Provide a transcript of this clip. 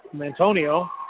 Antonio